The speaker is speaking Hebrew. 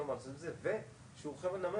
אבל כל התגבורים של כוח האדם,